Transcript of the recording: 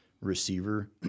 receiver